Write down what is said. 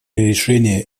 решения